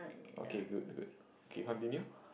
okay good good okay continue